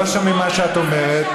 לא שומעים מה שאת אומרת,